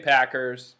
Packers